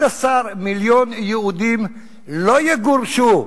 11 מיליון יהודים לא יגורשו,